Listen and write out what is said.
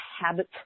habit